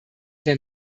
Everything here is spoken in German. der